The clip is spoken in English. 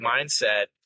mindset